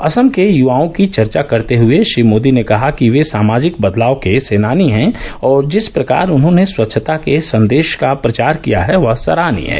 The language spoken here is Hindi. असम के युवाओं की चर्चा करते हुए श्री मोदी ने कहा कि वे सामाजिक बदलाव के सेनानी हैं और जिस प्रकार उन्होंने स्वच्छता के संदेश का प्रचार किया वह सराहनीय है